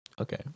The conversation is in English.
Okay